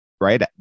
right